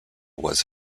was